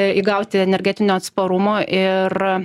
įgauti energetinio atsparumo ir